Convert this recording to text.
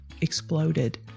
exploded